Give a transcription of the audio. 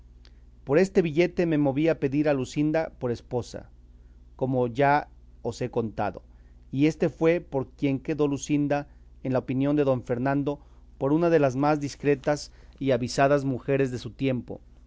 por este billete me moví a pedir a luscinda por esposa como ya os he contado y éste fue por quien quedó luscinda en la opinión de don fernando por una de las más discretas y avisadas mujeres de su tiempo